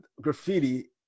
graffiti